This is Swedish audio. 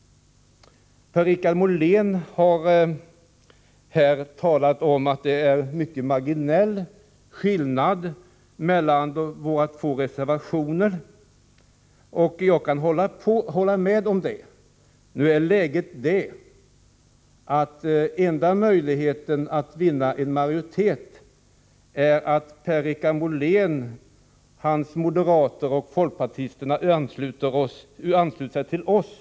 Per-Richard Molén har sagt att det är en mycket marginell skillnad mellan våra två reservationer. Jag kan hålla med om det. Nu är läget emellertid det, att den enda möjligheten att vinna en majoritet är att Per-Richard Molén, hans moderater och folkpartisterna ansluter sig till oss.